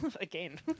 again